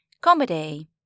Comedy